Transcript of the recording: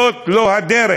זאת לא הדרך.